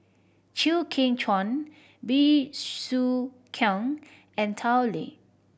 Chew Kheng Chuan Bey Soo Khiang and Tao Li